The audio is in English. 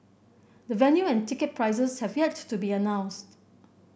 the venue and ticket prices have yet to be announced